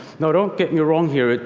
now don't get me wrong here,